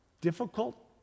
difficult